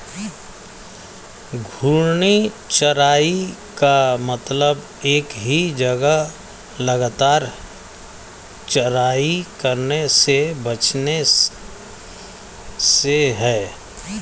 घूर्णी चराई का मतलब एक ही जगह लगातार चराई करने से बचने से है